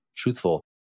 truthful